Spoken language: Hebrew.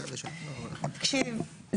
תקשיב,